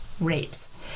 rapes